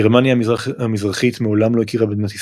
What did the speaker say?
גרמניה המזרחית מעולם לא הכירה במדינת ישראל,